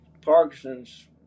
Parkinson's